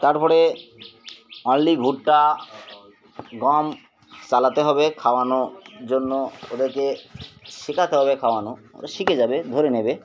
তারপরে অনলি ভুট্টা গম চালাতে হবে খাওয়ানোর জন্য ওদেরকে শেখাতে হবে খাওয়ানো ও শিখে যাবে ধরে নেবে